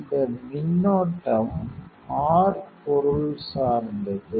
இந்த மின்னோட்டம் r பொருள் சார்ந்தது